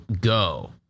go